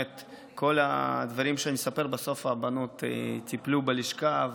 כל הדברים שאני מספר, בסוף הבנות טיפלו בלשכה,